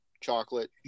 chocolate